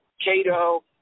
Cato